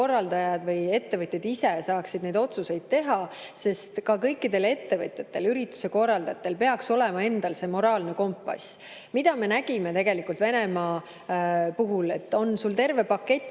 korraldajad või ettevõtjad ise saaksid neid otsuseid teha, sest kõikidel ettevõtjatel ja ürituse korraldajatel peaks ka endal olema moraalne kompass. Mida me nägime Venemaa puhul? On terve pakett